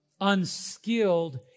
Unskilled